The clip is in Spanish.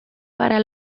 para